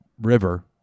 river